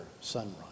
sunrise